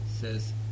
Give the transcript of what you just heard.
says